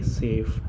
safe